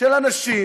של אנשים